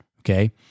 okay